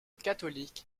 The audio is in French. catholique